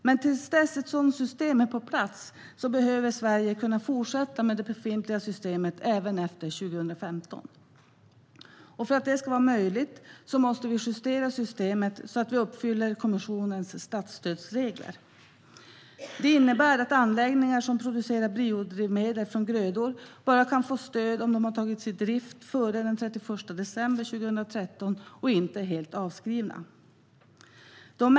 Men tills ett sådant system är på plats behöver Sverige kunna fortsätta med det befintliga systemet även efter 2015. För att det ska vara möjligt måste vi justera systemet så att vi uppfyller kommissionens statsstödsregler. Det innebär att anläggningar som producerar biodrivmedel från grödor bara kan få stöd om de har tagits i drift före den 31 december 2013 och inte är helt avskrivna.